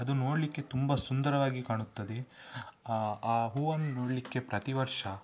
ಅದು ನೋಡಲಿಕ್ಕೆ ತುಂಬ ಸುಂದರವಾಗಿ ಕಾಣುತ್ತದೆ ಆ ಆ ಹೂವನ್ನು ನೋಡಲಿಕ್ಕೆ ಪ್ರತಿ ವರ್ಷ